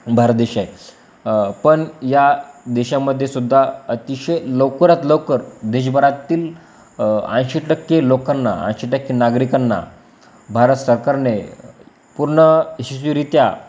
भारत देश आहे पण या देशामध्ये सुद्धा अतिशय लवकरात लवकर देशभरातील ऐंशी टक्के लोकांना अशी टक्के नागरिकांना भारत सरकारने पूर्ण रीत्या